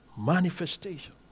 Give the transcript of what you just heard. manifestation